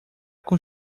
com